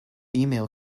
email